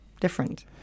different